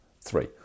three